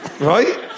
Right